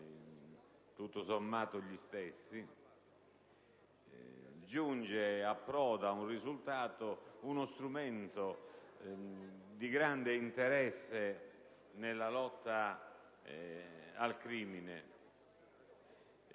tutto sommato gli stessi. Si giunge a un importante risultato con uno strumento di grande interesse nella lotta al crimine,